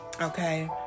okay